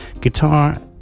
guitar